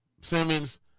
Simmons